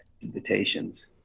invitations